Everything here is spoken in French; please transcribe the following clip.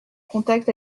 contact